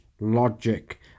logic